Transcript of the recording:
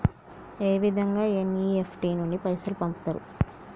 ఏ విధంగా ఎన్.ఇ.ఎఫ్.టి నుండి పైసలు పంపుతరు?